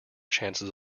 chances